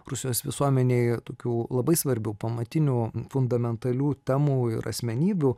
rusijos visuomenėje tokių labai svarbių pamatinių fundamentalių temų ir asmenybių